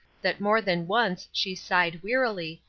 that more than once she sighed wearily,